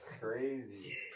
crazy